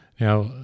Now